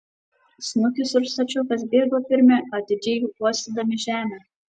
snukius ir stačiokas bėgo pirmi atidžiai uostydami žemę